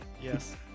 Yes